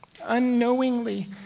unknowingly